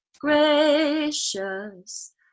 gracious